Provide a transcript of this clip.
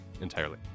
entirely